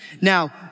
Now